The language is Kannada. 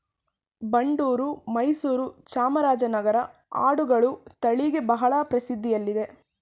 ಬಂಡೂರು, ಮೈಸೂರು, ಚಾಮರಾಜನಗರನ ಆಡುಗಳ ತಳಿಗಳು ಬಹಳ ಪ್ರಸಿದ್ಧಿಯಲ್ಲಿವೆ